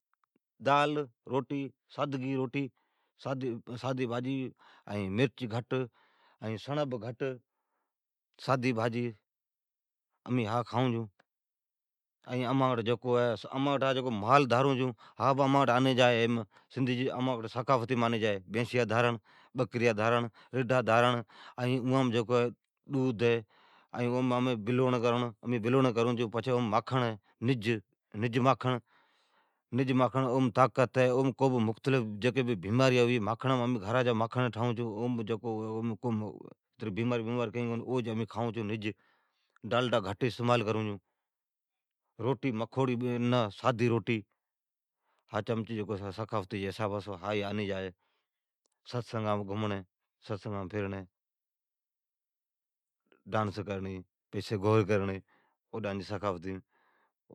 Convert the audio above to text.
دال روٹی، سادی روٹی سادگی روٹی، سادا ساگ، مرچ گھٹ سڑبھ گھٹ ساداساگ ھا کھائون چھون۔ ائین امانٹھ مال جکو ہے، سندھی جی ثقافتیم آنی جا چھی۔ اوم اماٹھ بینسیا ھی، ڈگیا ھی، بکریا ھی، اوم امین بلوئون چھون، پچھی اوم ماکھڑ ھی نج، گھی ہے۔ ماکھڑ ھی جکو امین گھرین ٹھائون چھون اوم مختلف، ھا ماکھڑ صحیح ھی کھائون چھون۔ روٹی مکھوڑی بہ نہ، سادی روٹی امچی ثقافتی آنی جا چھی۔ ستسنگام گھمڑی، ستسنگام فرڑین، ڈانس کرڑین، گھور کرڑین اوڈانجی ثقافتیم۔